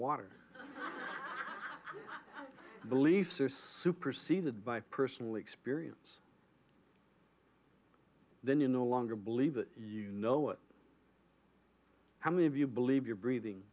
water beliefs are superseded by personal experience then you no longer believe that you know it how many of you believe you're breathing